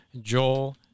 Joel